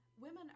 women